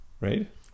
right